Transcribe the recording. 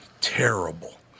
terrible